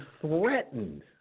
threatened